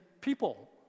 people